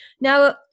now